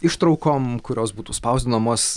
ištraukom kurios būtų spausdinamos